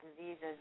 diseases